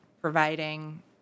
providing